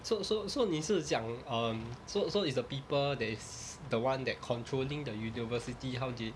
so so so 你是讲 on so so it's the people that is the one that controlling the university how did